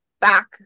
back